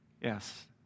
Yes